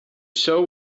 show